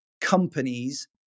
companies